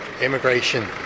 Immigration